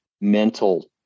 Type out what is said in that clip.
mental